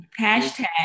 hashtag